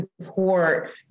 support